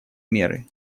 меры